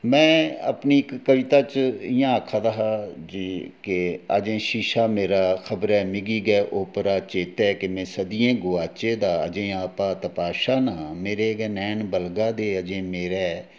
में अपनी इक कविता च इ'यां आखदा हा कि केह् अज्ज शीशा मेरा खबरै मिगी गै ओह् ओपरा चेतै किन्ने सदियें कोला गोआचे दा अज्जें आपा तपाशा ना मेरे गै नैन बलगा दे अजें मेरे गै